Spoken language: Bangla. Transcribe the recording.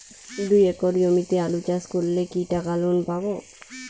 দুই একর জমিতে আলু চাষ করলে কি টাকা লোন পাবো?